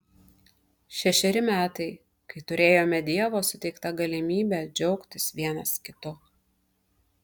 šešeri metai kai turėjome dievo suteiktą galimybę džiaugtis vienas kitu